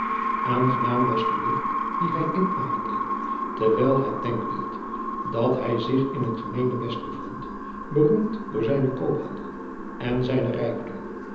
aangenaam was de lucht die hij inademde terwijl het denkbeeld dat hij zich in een gemeenebest bevond beroemd door zijnen koophandel en zijnen rijkdom